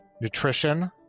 nutrition